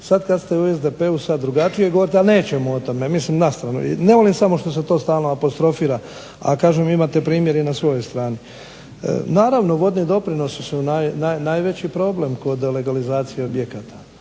sad kad ste u SDP-u sad drugačije govorite, al nećemo o tome. Mislim na stranu. Ne volim samo što se to stalno apostrofira a kažem imate primjer i na svojoj strani. Naravno vodni doprinosi su najveći problem kod legalizacije objekata.